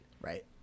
Right